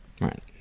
Right